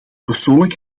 persoonlijk